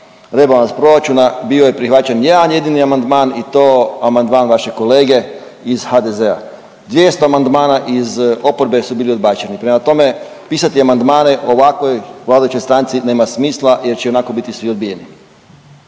rebalans proračuna, bio je prihvaćen jedan jedini amandman i to amandman vašeg kolege iz HDZ-a. 200 amandmana iz oporbe su bili odbačeni, prema tome pisati amandmane ovakvoj vladajućoj stranci nema smisla jer će ionako biti svi odbijeni.